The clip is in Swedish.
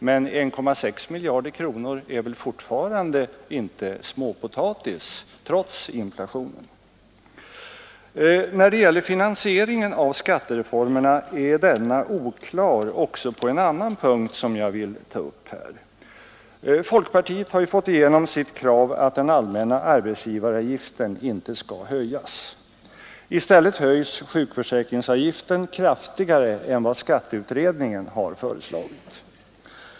Men 1,6 miljarder kronor är väl fortfarande inte småpotatis trots inflationen. Finansieringen av skattereformerna är oklar även på en annan punkt som jag vill ta upp här. Folkpartiet har fått igenom sitt krav på att den allmänna arbetsgivaravgiften inte skall höjas. I stället höjs sjukförsäkringsavgiften kraftigare än skatteutredningen föreslagit.